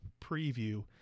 preview